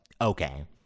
okay